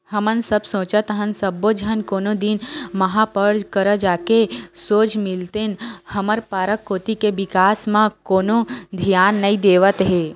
हमन सब सोचत हन सब्बो झन कोनो दिन महापौर करा जाके सोझ मिलतेन हमर पारा कोती के बिकास म कोनो धियाने नइ देवत हे